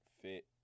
fit